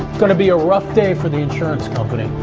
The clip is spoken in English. gonna be a rough day for the insurance company.